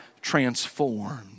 transformed